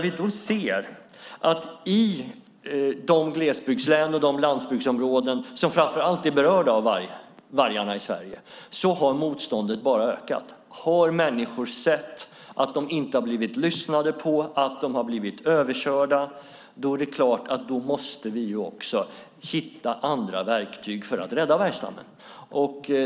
Vi ser att i de glesbygdslän och de landbygdsområden som framför allt är berörda av vargarna i Sverige har motståndet bara ökat. Människor har insett att de inte blivit lyssnade på, att de har blivit överkörda. Då måste vi hitta andra verktyg för att rädda vargstammen.